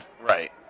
Right